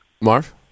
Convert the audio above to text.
Marv